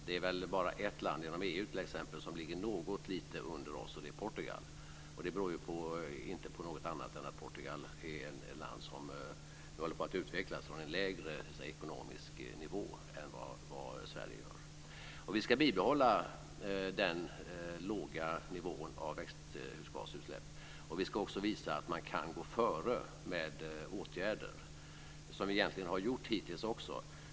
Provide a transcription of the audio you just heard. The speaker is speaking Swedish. Det är väl t.ex. bara ett land inom EU som ligger något lite under oss, och det är Portugal, och det beror ju inte på något annat än att Portugal är ett land som nu håller på att utvecklas från en lägre ekonomisk nivå än vad Sverige befinner sig på. Vi ska bibehålla denna låga nivå av växthusgasutsläpp, och vi ska också visa att man kan gå före med åtgärder, som vi egentligen har gjort hittills också.